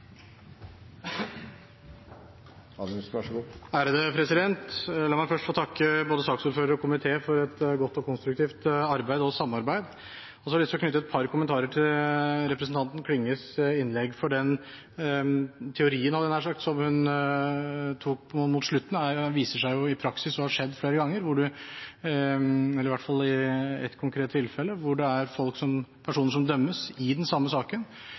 La meg først få takke både saksordføreren og komiteen for et godt og konstruktivt arbeid og samarbeid. Jeg har lyst å knytte et par kommentarer til representanten Klinges innlegg, for den teorien, hadde jeg nær sagt, som hun hadde nå mot slutten, viser seg jo i praksis å ha skjedd flere ganger – i hvert fall i ett konkret tilfelle – hvor det er personer som dømmes i den samme saken,